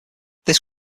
this